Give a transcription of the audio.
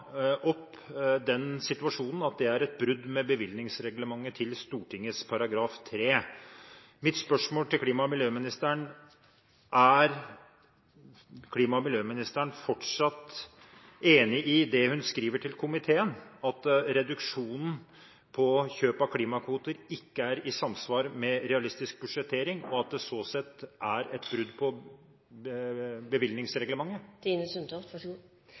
opp den situasjonen at det er et brudd med bevilgningsreglementet til Stortinget § 3. Mitt spørsmål til klima- og miljøministeren er: Er klima- og miljøministeren fortsatt enig i det hun skriver til komiteen om at reduksjonen på kjøp av klimakvoter ikke er i samsvar med realistisk budsjettering, og at det sånn sett er et brudd på bevilgningsreglementet?